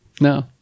No